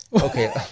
okay